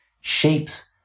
shapes